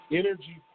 energy